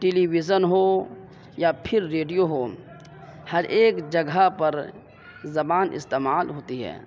ٹیلی vision ہو یا پھر ریڈیو ہو ہر ایک جگہ پر زبان استعمال ہوتی ہے